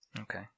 Okay